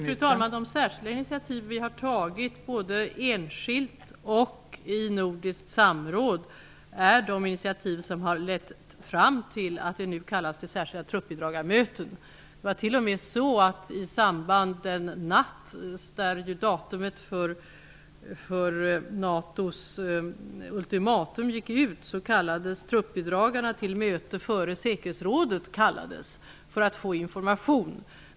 Fru talman! De särskilda initiativ som vi har tagit både enskilt och i nordiskt samråd är de initiativ som har lett fram till att det nu kallas till särskilda truppbidragarmöten. Den natt när tidsfristen för NATO:s ultimatum gick ut kallades truppbidragarna till möte före säkerhetsrådet för att få information.